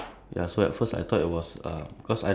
like fried onion when you put on